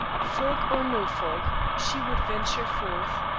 fog or no fog, she would venture forth,